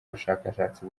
bushakashatsi